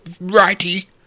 righty